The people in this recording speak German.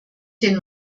den